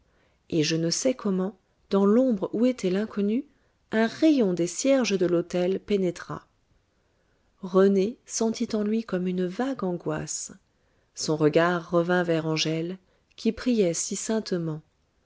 et je ne sais comment dans l'ombre où était l'inconnue un rayon des cierges de l'autel pénétra rené sentit en lui comme une vague angoisse son regard revint vers angèle qui priait si saintement